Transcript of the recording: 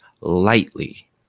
lightly